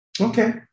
Okay